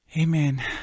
Amen